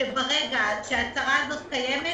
שברגע שההצרה הזאת קיימת,